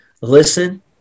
listen